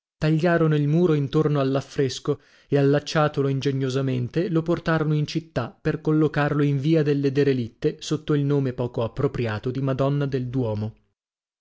tagliarono il muro intorno all'affresco e allacciatolo ingegnosamente lo portarono in città per collocarlo in via delle derelitte sotto il nome poco appropriato di madonna del duomo